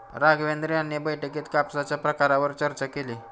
राघवेंद्र यांनी बैठकीत कापसाच्या प्रकारांवर चर्चा केली